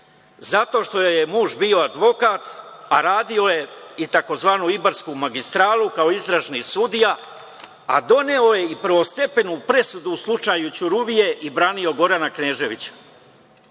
zato što joj je muž bio advokat, a radio je i tzv. „Ibarsku magistralu“ kao istražni sudija, a doneo je i prvostepenu presudu u slučaju Ćuruvije i branio Gorana Kneževića?